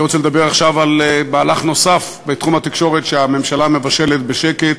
אני רוצה לדבר עכשיו על מהלך נוסף בתחום התקשורת שהממשלה מבשלת בשקט,